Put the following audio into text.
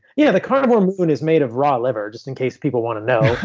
yeah. the carnivore moon is made of raw liver just in case people want to know